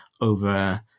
over